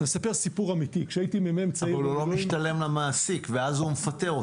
אבל הוא לא משתלם למעסיק ואז הוא מפטר אותו.